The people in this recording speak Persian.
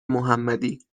محمدی